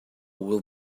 will